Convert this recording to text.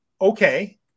okay